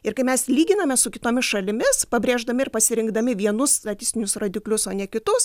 ir kai mes lyginame su kitomis šalimis pabrėždami ir pasirinkdami vienus statistinius rodiklius o ne kitus